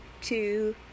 two